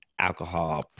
alcohol